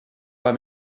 pas